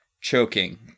choking